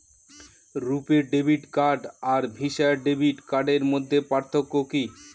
রূপে debit card আর Visa debit কার্ডের মধ্যে পার্থক্য কি?